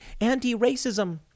anti-racism